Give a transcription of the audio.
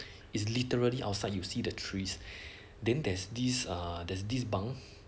is literally outside you see the trees then there's this err there's this bunk